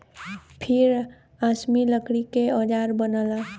फिर आसमी लकड़ी के औजार बनला